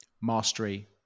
mastery